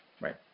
right